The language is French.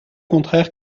contraire